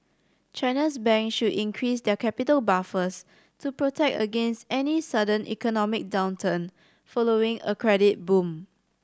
China's bank should increase their capital buffers to protect against any sudden economic downturn following a credit boom